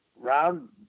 round